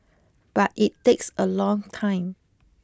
but it takes a long time